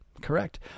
Correct